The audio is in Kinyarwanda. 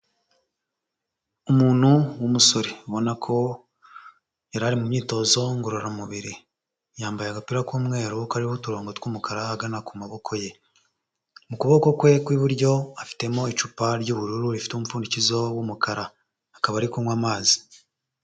Umuntu w'umusore ubona ko yari ari mu myitozo ngororamubiri, yambaye agapira k'umweru kariho uturongo tw'umukara ahagana ku maboko ye, mu kuboko kwe ku iburyo afitemo icupa ry'ubururu rifite umupfundikizo w'umukara, akaba ari kunywa amazi.